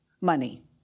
money